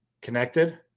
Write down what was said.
connected